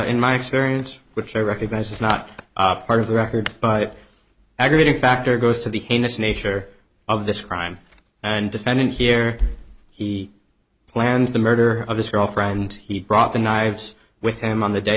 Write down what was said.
in my experience which i recognize is not part of the record but aggravating factor goes to the heinous nature of this crime and defendant here he planned the murder of his girlfriend he brought the knives with him on the day